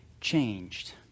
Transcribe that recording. changed